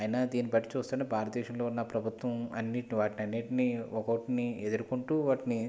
అయినా దీన్ని బట్టి చూస్తుంటే భారతదేశంలో ఉన్న ప్రభుత్వం అన్నిటి వాటన్నింటిని ఒక్కొక్కటిని ఎదురుకుంటూ వాటిని